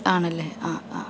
ആണല്ലേ ആ ആ